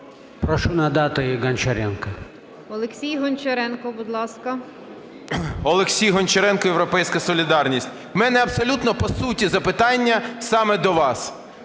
Гончаренко, "Європейська солідарність". В мене абсолютно по суті запитання саме до вас.